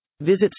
Visit